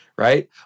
Right